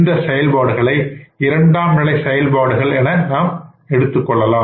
இந்த செயல்பாடுகளை இரண்டாம் நிலை செயல்பாடுகள் எடுத்துக்கொள்ளலாம்